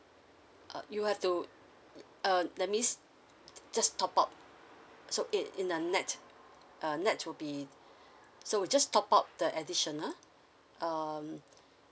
uh you have to uh that means just top up so it in a net uh net would be so just top up the additional um